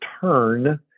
turn